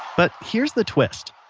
but here's the twist,